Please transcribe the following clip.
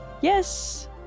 Yes